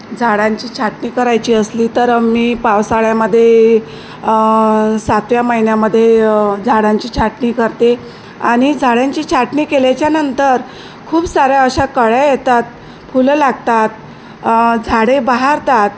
झाडांची छाटणी करायची असली तर मी पावसाळ्यामध्ये सातव्या महिन्यामध्ये झाडांची छाटणी करते आणि झाडांची छाटणी केल्याच्या नंतर खूप साऱ्या अशा कळ्या येतात फुलं लागतात झाडे बहारतात